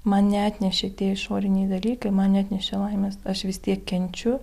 man neatnešė tie išoriniai dalykai man neatnešė laimės aš vis tiek kenčiu